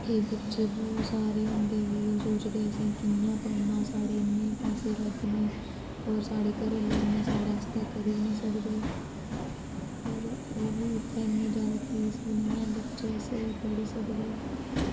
केईं बच्चे बहुत सारे होंदे कि ओह् सोचदे असें कियां पढ़ना साढ़े इन्ने पैसे लग्गने होर साढ़े घराआह्ले इन्ना साढ़े आस्तै करी बी नी सकदे पर ओह् बी उत्थै इन्नी ज्यादा फीस बी नी ऐ बच्चे स्हेई पढ़ी सकदे